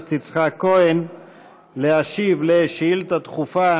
הכנסת יצחק כהן להשיב על שאילתה דחופה